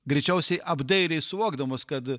greičiausiai apdairiai suvokdamas kad